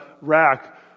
rack